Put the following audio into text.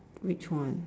which one